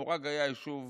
מורג היה אולי היישוב